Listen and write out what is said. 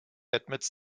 admits